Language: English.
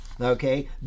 Okay